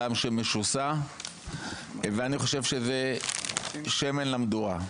על עם שמשוסע ואני חושב שזה שמן למדורה.